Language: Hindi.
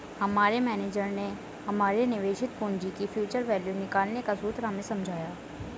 हमारे मेनेजर ने हमारे निवेशित पूंजी की फ्यूचर वैल्यू निकालने का सूत्र हमें समझाया